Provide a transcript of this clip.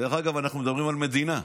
דרך אגב, אנחנו מדברים על מדינה.